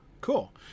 Cool